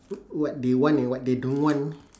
what they want and what they don't want